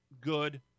good